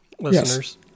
listeners